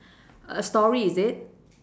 a story is it